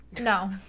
No